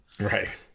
Right